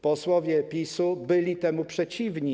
Posłowie PiS byli temu przeciwni.